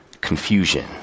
confusion